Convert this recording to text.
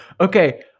Okay